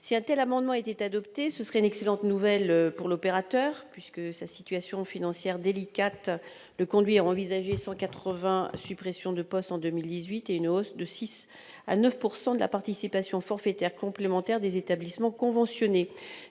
Si un tel amendement était adopté, ce serait une excellente nouvelle pour cet opérateur. En effet, sa situation financière délicate le conduit à envisager la suppression de 180 postes en 2018 et une hausse de 6 % à 9 % de la participation forfaitaire complémentaire des établissements conventionnés,